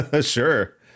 Sure